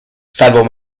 salvo